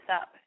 up